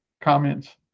Comments